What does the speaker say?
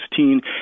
2016